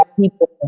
people